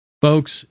Folks